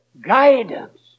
guidance